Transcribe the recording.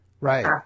Right